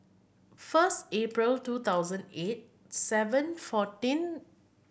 first April two thousand eight seven fourteen